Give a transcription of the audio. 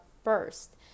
first